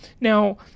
Now